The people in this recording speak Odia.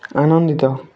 ଆନନ୍ଦିତ